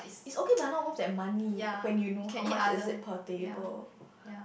is okay but not worth that money when you know how much is it per table